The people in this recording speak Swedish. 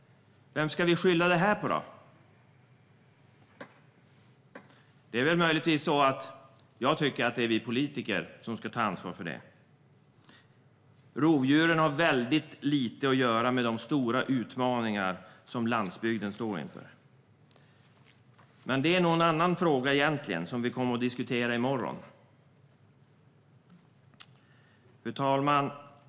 Vem ska vi skylla det här på? Jag tycker att det är vi politiker som ska ta ansvar för det. Rovdjuren har väldigt lite att göra med de stora utmaningar som landsbygden står inför. Men det är nog egentligen en annan fråga som vi kommer att diskutera i morgon. Fru talman!